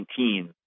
2019